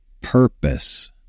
purpose